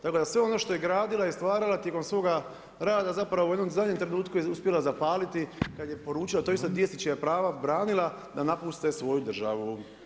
Tako da sve ono što je gradila i stvarala tijekom svoga rada, zapravo u jednom zadnjem trenutku je uspjela zapaliti kada je poručila, toj istoj djeci čija prava je branila da napuste svoju državu.